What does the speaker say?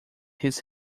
his